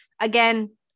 again